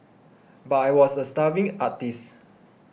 but I was a starving artist